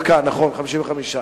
נכון, 55,